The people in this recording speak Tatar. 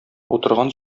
утырган